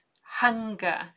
hunger